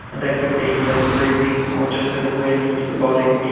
and that could be say the breathing or just an awareness of the body,